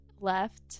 left